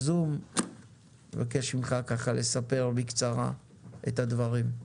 נבקש ממך ככה לספר בקצרה את הדברים,